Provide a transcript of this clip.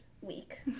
week